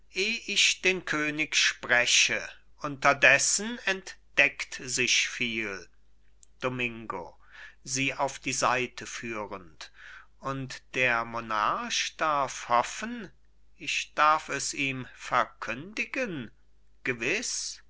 ich den könig spreche unterdessen entdeckt sich viel domingo sie auf die seite führend und der monarch darf hoffen ich darf es ihm verkündigen gewiß